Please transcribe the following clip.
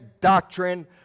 doctrine